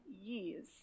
years